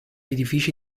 edifici